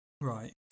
Right